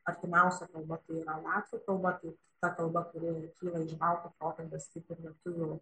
artimiausia kalba tai yra latvių kalba tai ta kalba kuri kyla iš baltų prokalbės kaip ir lietuvių